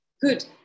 good